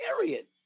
Period